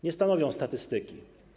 Nie stanowią statystyki.